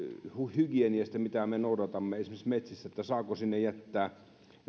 hygieniasta mitä me noudatamme esimerkiksi metsissä että saako sinne jättää